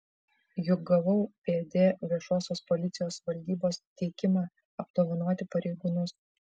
juk gavau pd viešosios policijos valdybos teikimą apdovanoti pareigūnus